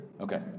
Okay